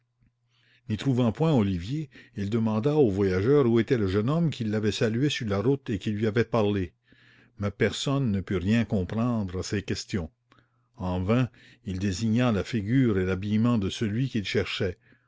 n'y trouvant point olivier il demanda aux voyageurs où était le jeune homme qui l'avait salué sur la route et qui lui avait parlé mais personne ne put rien comprendre à ses questions en vain il désigna la figure et l'habillement de celui qu'il cherchait